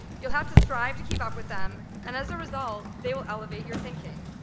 you'll have to strive to keep up with them, and as a result, they will elevate your thinking.